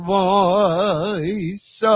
voice